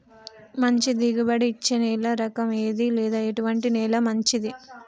మంచి దిగుబడి ఇచ్చే నేల రకం ఏది లేదా ఎటువంటి నేల మంచిది?